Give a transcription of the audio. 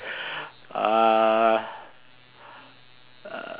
uh